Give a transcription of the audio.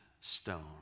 stone